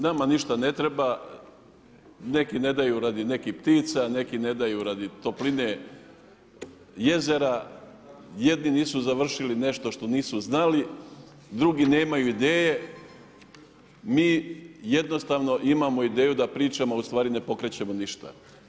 Nama ništa ne treba, neki ne daju radi nekih ptica, neki ne daju radi topline jezera, jedni nisu završili nešto što nisu znali, drugi nemaju ideje, mi jednostavno imamo ideju da pričamo, a ustvari ne pokrećemo ništa.